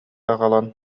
аҕалан